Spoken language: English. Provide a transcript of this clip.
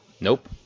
Nope